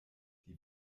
die